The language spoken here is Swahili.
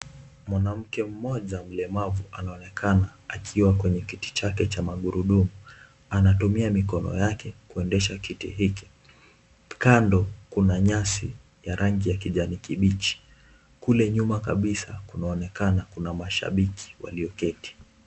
Mwanamke mmoja mlemavu anaonekana akiwa kwenye kiti chake cha magurudumu anatumia mikono yake kuendesha kiti hiki, kando kuna nyasi rangi ya kijani kibichi, kule nyuma kabisa kunaonekana kuna mashabiki walioketi.